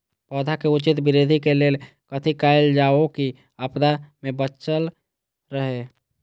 पौधा के उचित वृद्धि के लेल कथि कायल जाओ की आपदा में बचल रहे?